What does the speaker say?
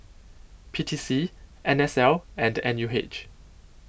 P T C N S L and N U H